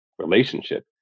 relationship